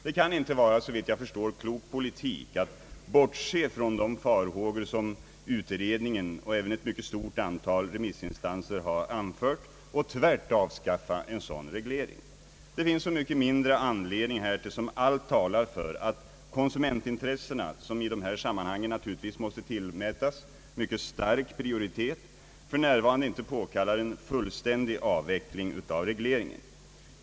Det kan såvitt jag förstår inte vara klok politik att bortse från de farhågor som utredningen och även ett mycket stort antal remissinstanser har anfört och tvärt avskaffa en sådan reglering. Det finns så mycket mindre anledning härtill som allt talar för att konsumentintressena, som i de här sammanhangen naturligtvis måste tillmätas mycket stark prioritet, för närvarande inte påkallar en fullständig avveckling av regleringen.